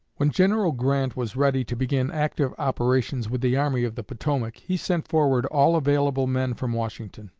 when general grant was ready to begin active operations with the army of the potomac, he sent forward all available men from washington.